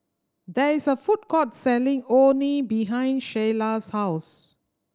there is a food court selling Orh Nee behind Shayla's house